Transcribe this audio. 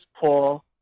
Paul